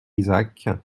isaac